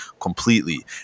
completely